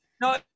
No